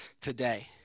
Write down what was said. today